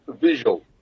visual